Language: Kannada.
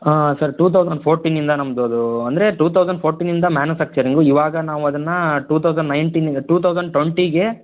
ಹಾಂ ಸರ್ ಟೂ ತೌಸಂಡ್ ಫೋರ್ಟಿನಿಂದ ನಮ್ದು ಅದು ಅಂದರೆ ಟೂ ತೌಸಂಡ್ ಫೋರ್ಟಿನಿಂದ ಮ್ಯಾನುಫ್ಯಾಕ್ಚರಿಂಗು ಇವಾಗ ನಾವದನ್ನು ಟೂ ತೌಸಂಡ್ ನೈನ್ಟೀನಿಗೆ ಟೂ ತೌಸಂಡ್ ಟೊಂಟೀಗೆ